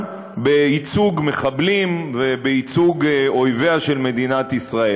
בייצוג מחבלים ובייצוג אויביה של מדינת ישראל.